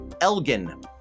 Elgin